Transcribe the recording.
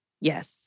yes